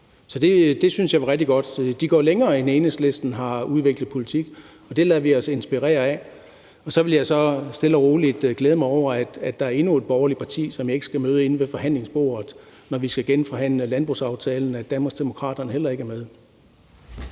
Så det synes jeg var rigtig godt. De går længere, end Enhedslisten har udviklet politik til, og det lader vi os inspirere af. Så vil jeg stille og roligt glæde mig over, at der er endnu et borgerligt parti, som jeg ikke skal møde inde ved forhandlingsbordet, når vi skal genforhandle landbrugsaftalen, fordi Danmarksdemokraterne heller ikke er med.